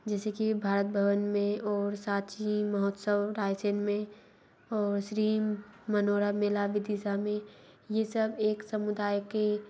जैसे कि भारत भवन में और सांची महोत्सव रायसेन में और स्री मनोरमा मेला विदिशा में ये सब एक समुदाय के